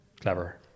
clever